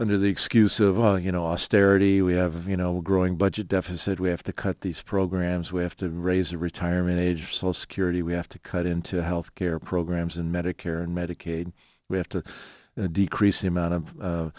under the excuse of all you know austerity we have you know a growing budget deficit we have to cut these programs we have to raise the retirement age so security we have to cut into health care programs and medicare and medicaid we have to decrease the amount of